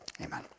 amen